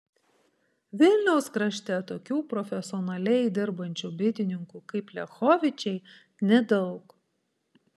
vilniaus krašte tokių profesionaliai dirbančių bitininkų kaip liachovičiai nedaug